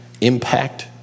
Impact